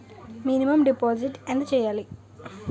Minimum deposit ఎంత చెయ్యాలి?